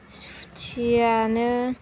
सुथिआनो